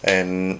and